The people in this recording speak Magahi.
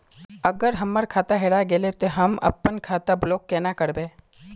अगर हमर खाता हेरा गेले ते हम अपन खाता ब्लॉक केना करबे?